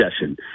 session